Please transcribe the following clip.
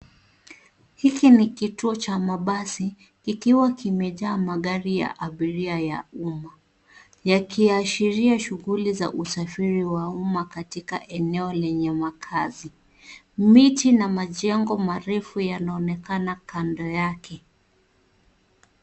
Hiki ni kituo cha mabasi, kikiwa kimejaa magari ya abiria ya uma, yakiashiria shughuli za usafiri wa uma katika eneo lenye makazi. Miti na majengo marefu yanaonekana kando yake.